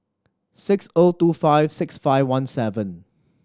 six O two five six five one seven